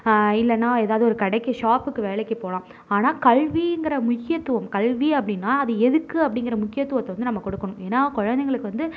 இல்லைனா ஏதாவது ஒரு கடைக்கு ஷாப்புக்கு வேலைக்கு போகலாம் ஆனால் கல்விங்கிற முக்கியத்துவம் கல்வி அப்படினா அது எதுக்கு அப்படிங்கிற முக்கியத்துவத்தை வந்து நம்ம கொடுக்கணும் ஏன்னா குழந்தைங்களுக்கு வந்து